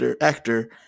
actor